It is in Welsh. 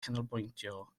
canolbwyntio